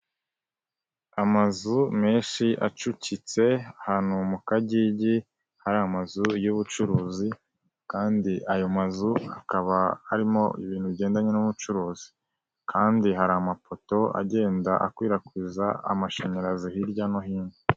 Amazu menshi acucitse ahantu mu kagigi, hari amazu y'ubucuruzi kandi ayo mazu hakaba harimo ibintu bigendanye n'ubucuruzi, kandi hari amafoto agenda akwirakwiza amashanyarazi hirya no hino.